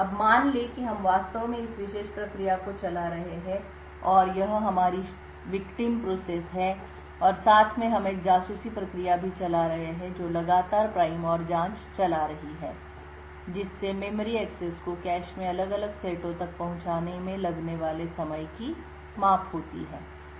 अब मान लें कि हम वास्तव में इस विशेष प्रक्रिया को चला रहे हैं और यह हमारी शिकार प्रक्रिया है और साथ में हम एक जासूसी प्रक्रिया भी चला रहे हैं जो लगातार प्राइम और जांच चला रही है जिससे मेमोरी एक्सेस को कैश में अलग अलग सेटों तक पहुंचाने में लगने वाले समय की माप होती है